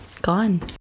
gone